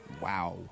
Wow